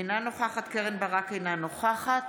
אינה נוכחת קרן ברק, אינה נוכחת